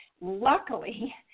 Luckily